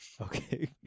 Okay